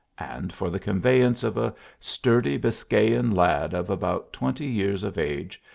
and for the conveyance of a sturdy biscayan lad of about twenty years of age,